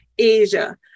Asia